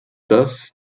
das